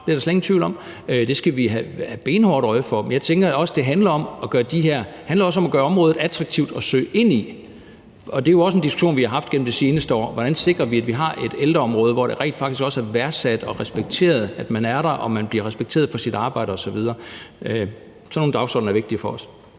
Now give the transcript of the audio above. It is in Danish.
Det er der slet ingen tvivl om, og det skal vi have benhårdt øje for. Men jeg tænker jo også, at det handler om at gøre området attraktivt at søge ind i. Og det er jo også en diskussion, vi har haft gennem de seneste år: Hvordan sikrer vi, at vi har et ældreområde, hvor det rent faktisk også er værdsat og respekteret, at man er der, og at man bliver respekteret for sit arbejde osv.? Sådan nogle dagsordener er vigtige for os.